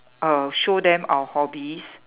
uh show them our hobbies